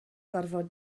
gorfod